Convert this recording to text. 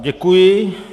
Děkuji.